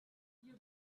you